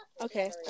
Okay